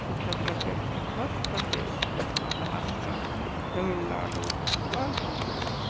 Uttar Pradesh Madhya Pradesh Maharashtra Tamil Nadu Andhra Pradesh